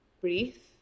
brief